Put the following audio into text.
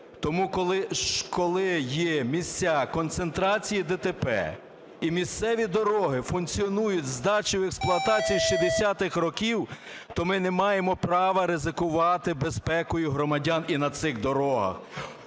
Тому, коли є місця концентрації ДТП і місцеві дороги функціонують здачі в експлуатацію 60-х років, то ми не маємо права ризикувати безпекою громадян і на цих дорогах.